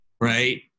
right